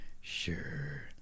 sure